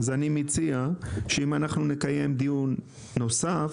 אני מציע שאם נקיים דיון נוסף,